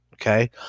Okay